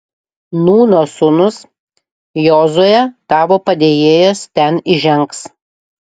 nūno sūnus jozuė tavo padėjėjas ten įžengs